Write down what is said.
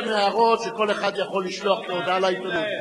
אלה הן הערות שכל אחד יכול לשלוח כהודעה לעיתונות.